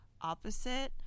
opposite